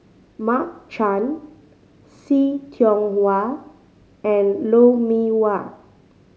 Mark Chan See Tiong Wah and Lou Mee Wah